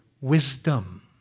wisdom